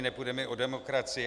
Nepůjde mi o demokracii.